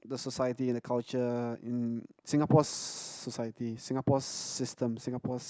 the society and the culture in Singapore's society Singapore's system Singapore's